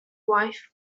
wife